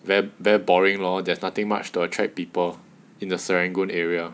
we're very boring lor there's nothing much to attract people in the serangoon area